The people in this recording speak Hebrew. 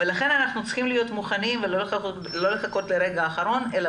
ולכן אנחנו צריכים להיות מוכנים ולא לחכות לרגע האחרון אלא